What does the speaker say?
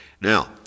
Now